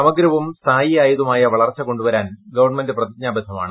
സമഗ്രവും സ്ഥായിയായതുമായ വളർച്ച കൊണ്ടുവരാൻ ഗവൺമെന്റ് പ്രതിജ്ഞാബദ്ധമാണ്